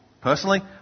Personally